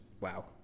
wow